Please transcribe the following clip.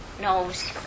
knows